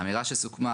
האמירה שסוכמה,